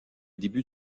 début